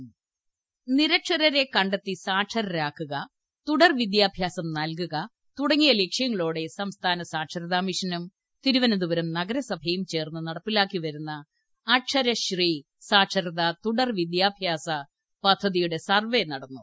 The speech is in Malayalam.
ടടടടടടടടടടടടട അക്ഷരശ്രീ നിരക്ഷരരെ കണ്ടെത്തി സാക്ഷരരാക്കുക തുടർവിദ്യാഭ്യാസം നൽകുക തുടങ്ങിയ ലക്ഷ്യങ്ങളോടെ സംസ്ഥാന സാക്ഷരതാമിഷനും തിരുവനന്തപുരം നഗരസഭയും ചേർന്ന് നടപ്പിലാക്കിവരുന്ന അക്ഷരശ്രീ സാക്ഷരത തുടർവിദ്യാഭ്യാസ പദ്ധതിയുടെ സർവേ നടന്നു